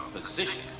position